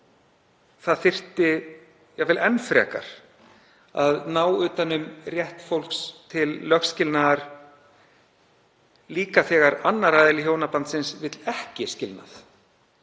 það þyrfti jafnvel enn frekar að ná utan um rétt fólks til lögskilnaðar, líka þegar annar aðili hjónabandsins vill ekki skilnað.